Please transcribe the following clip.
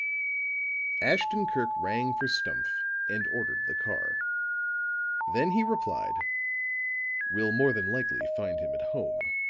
ashton-kirk rang for stumph and ordered the car then he replied we'll more than likely find him at home.